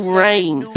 rain